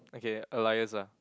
okay alias ah